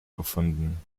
gefunden